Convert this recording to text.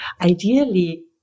ideally